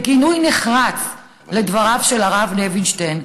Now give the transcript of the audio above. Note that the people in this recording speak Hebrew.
לגינוי נחרץ של דבריו של הרב לוינשטיין,